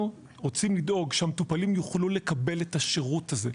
רוצים לדאוג שהמטופלים יוכלו לקבל את השירות הזה,